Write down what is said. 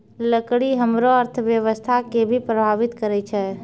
लकड़ी हमरो अर्थव्यवस्था कें भी प्रभावित करै छै